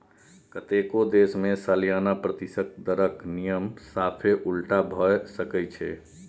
कतेको देश मे सलियाना प्रतिशत दरक नियम साफे उलटा भए सकै छै